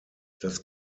das